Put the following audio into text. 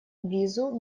визу